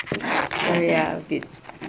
err ya a bit